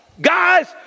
Guys